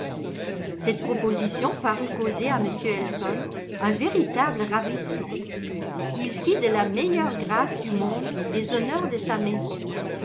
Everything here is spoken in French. cette proposition parut causer à m elton un véritable ravissement il fit de la meilleure grâce du monde les honneurs de sa maison